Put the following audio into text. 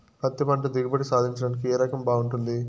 పత్తి పంట దిగుబడి సాధించడానికి ఏ రకం బాగుంటుంది?